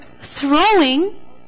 throwing